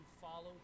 follow